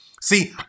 See